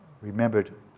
remembered